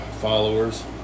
followers